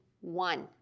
one